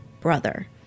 brother